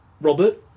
Robert